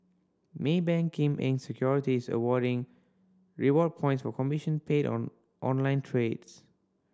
Maybank Kim Eng Securities awarding reward points of commission paid on online trades